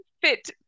fit